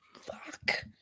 Fuck